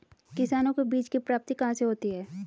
किसानों को बीज की प्राप्ति कहाँ से होती है?